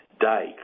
day